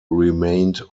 remained